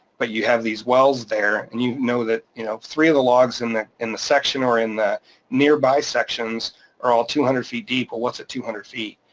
but you have these wells there, and you know that you know three of the logs in the in the section or in the nearby sections are all two hundred feet deep or what's at two hundred feet.